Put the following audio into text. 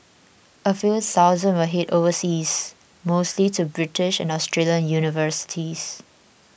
a few thousand will head overseas mostly to British and Australian universities